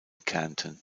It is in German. kärnten